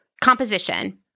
Composition